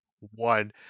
one